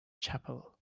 chapel